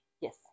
Yes